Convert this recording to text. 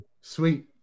sweet